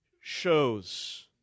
shows